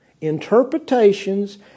interpretations